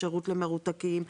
שירות למרותקים,